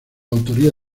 autoría